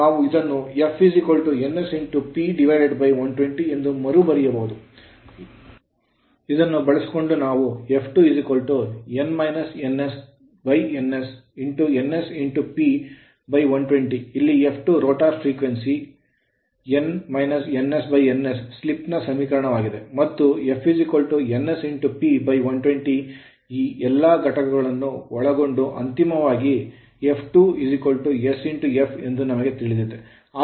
ಇದನ್ನು ಬಳಸಿಕೊಂಡು ನಾವು f2 ns nsP120 ಇಲ್ಲಿ f2 ರೋಟರ್ frequency ಆವರ್ತನವಾಗಿದೆ ns ಸ್ಲಿಪ್ ನ ಸಮೀಕರಣವಾಗಿದೆ ಮತ್ತು f nsP120 ಈ ಎಲ್ಲಾ ಘಟಕ ಗಳನ್ನು ಬಳಸಿಕೊಂಡು ಅಂತಿಮವಾಗಿ f2 sf ಎಂದು ನಮಗೆ ತಿಳಿದಿದೆ